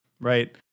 Right